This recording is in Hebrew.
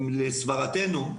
לסברתנו,